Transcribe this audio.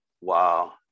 wow